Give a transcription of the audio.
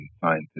scientists